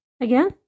again